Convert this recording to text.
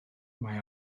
mae